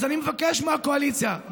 אז אני מבקש מהקואליציה,